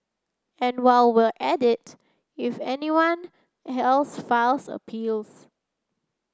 and while we're at it if anyone else files appeals